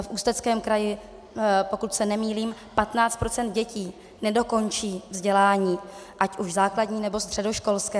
V Ústeckém kraji, pokud se nemýlím, 15 % dětí nedokončí vzdělání, ať už základní, nebo středoškolské.